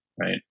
right